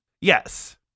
yes